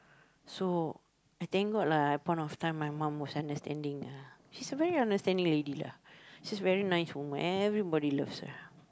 so I thank god lah at a point of time my mom was understanding ah she's a very understanding lady lah she's very nice woman everybody loves her